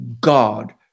God